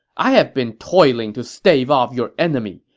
i've been toiling to stave off your enemy,